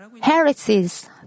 heresies